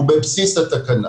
הוא בבסיס התקנה.